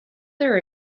their